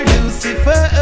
Lucifer